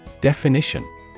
Definition